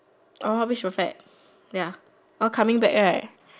pitch perfect ya all coming back right